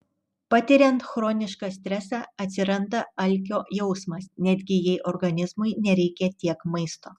patiriant chronišką stresą atsiranda alkio jausmas netgi jei organizmui nereikia tiek maisto